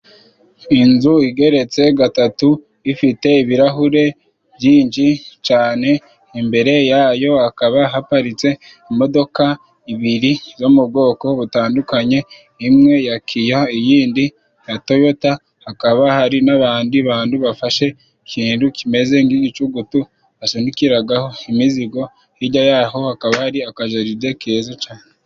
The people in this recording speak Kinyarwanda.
Inzu igeretse gatatu ifite ibirahure byinshi cane，imbere yayo hakaba haparitse imodoka ibiri zo mu bwoko butandukanye，imwe ya kiya iyindi ya toyota，hakaba hari n'abandi bantu bafashe ikintu kimeze nk'igicugutu basunikiragaho imizigo，hijya yaho hakaba hari akajaride keza cane.